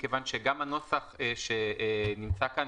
מכיוון שהנוסח שנמצא כאן,